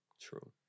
True